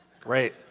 Great